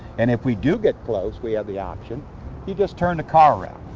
and if we do get close we have the option you just turn the car around.